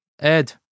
Ed